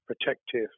protective